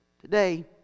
Today